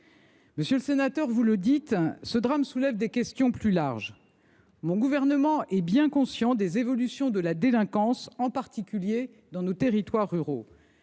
Monsieur le sénateur, vous le soulignez, ce drame pose des questions plus larges. Mon gouvernement a pleinement conscience des évolutions de la délinquance, en particulier dans nos territoires ruraux.